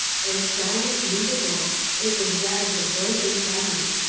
and diamond knew the voice. it was that of the drunken cabman.